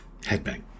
Headbang